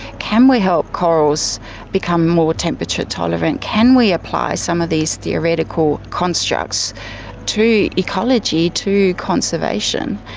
can we help corals become more temperature tolerant? can we apply some of these theoretical constructs to ecology, to conservation?